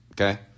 okay